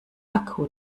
akku